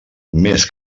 més